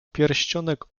pierścionek